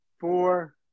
four